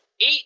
eight